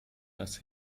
das